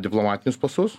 diplomatinius pasus